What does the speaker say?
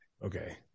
Okay